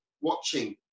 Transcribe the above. watching